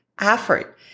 effort